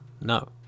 No